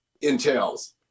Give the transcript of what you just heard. entails